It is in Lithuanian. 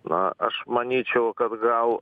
na aš manyčiau kad gal